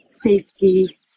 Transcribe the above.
Safety